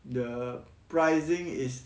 the pricing is